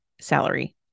salary